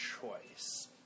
choice